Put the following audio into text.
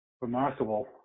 Remarkable